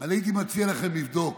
אני הייתי מציע לכם לבדוק.